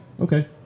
Okay